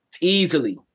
Easily